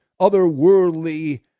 otherworldly